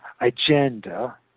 agenda